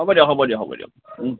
হ'ব দিয়ক হ'ব দিয়ক হ'ব দিয়ক